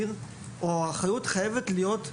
האחריות חייבת להיות,